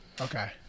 Okay